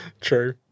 True